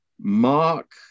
mark